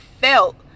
felt